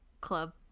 club